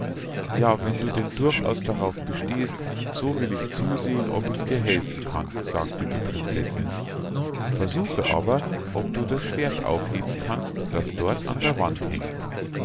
ja wenn du denn durchaus darauf bestehst so will ich zusehen ob ich dir helfen kann sagte die prinzessinn versuche aber ob du das schwert aufheben kannst das dort an der wand hangt